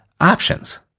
options